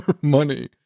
money